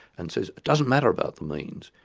and says it doesn't matter about the means,